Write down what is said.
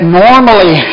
normally